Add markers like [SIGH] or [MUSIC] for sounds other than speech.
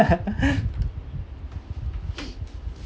[LAUGHS] [NOISE]